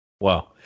Wow